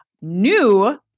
new